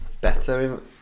better